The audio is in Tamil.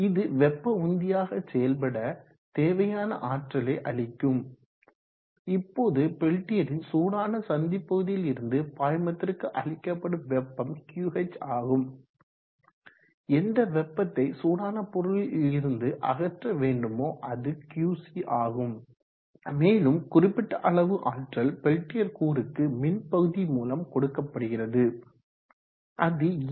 இது வெப்ப உந்தியாக செயல்பட தேவையான ஆற்றலை அளிக்கும் இப்போது பெல்டியரின் சூடான சந்தி பகுதியில் இருந்து பாய்மத்திற்கு அளிக்கப்படும் வெப்பம் QH ஆகும் எந்த வெப்பத்தை சூடான பொருளில் இருந்து அகற்ற வேண்டுமோ அது Qc ஆகும் மேலும் குறிப்பிட்ட அளவு ஆற்றல் பெல்டியர் கூறுக்கு மின்பகுதி மூலம் கொடுக்கப்படுகிறது அது E